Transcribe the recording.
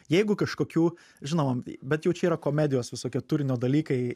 jeigu kažkokių žinoma bet jau čia yra komedijos visokie turinio dalykai